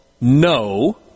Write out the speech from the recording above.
no